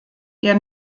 der